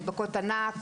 מדבקות ענק,